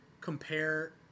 compare